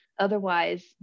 otherwise